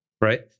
right